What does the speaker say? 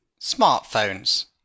Smartphones